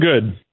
good